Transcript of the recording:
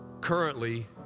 Currently